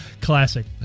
Classic